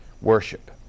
worship